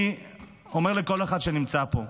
אני אומר לכל אחד שנמצא פה: